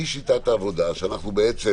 שאנחנו בעצם